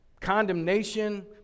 condemnation